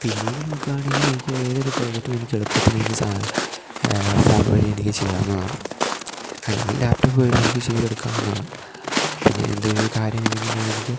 പിന്നീട് നോക്കുവാണെങ്കില് എനിക്കേതൊരു പ്രോജക്റ്റും എനിക്ക് എളുപ്പത്തിലെനിക്ക് സാ ഫോണ് വഴി എനിക്ക് ചെയ്യാവുന്നതാണ് അല്ലെങ്കില് ലാപ്പ്ടോപ് വഴി എനിക്ക് ചെയ്തെടുക്കാവുന്നതാണ് പിന്നെ എന്തേലൊരു കാര്യം എനിക്ക്